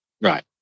Right